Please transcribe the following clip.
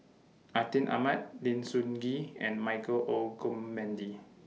Atin Amat Lim Soo Ngee and Michael Olcomendy